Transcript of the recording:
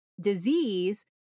disease